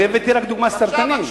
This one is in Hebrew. אני הבאתי רק דוגמה, סרטנים.